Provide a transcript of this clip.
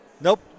Nope